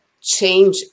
change